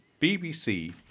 BBC